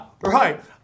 right